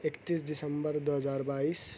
اکتیس دسمبر دو ہزار بائیس